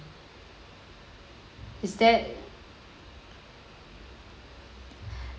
is that